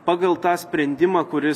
pagal tą sprendimą kuris